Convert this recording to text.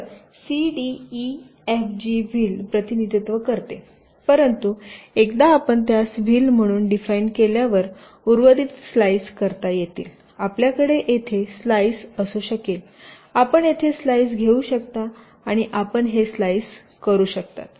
तर C D E F G wheel प्रतिनिधित्व करते परंतु एकदा आपण त्यास व्हील म्हणून डिफाइन केल्यावर उर्वरित स्लाईस करता येईल आपल्याकडे येथे स्लाइस असू शकेल आपण येथे स्लाइस घेऊ शकता आणि आपण हे स्लाइस करू शकता